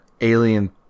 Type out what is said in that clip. alien